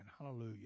Hallelujah